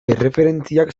erreferentziak